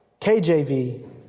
KJV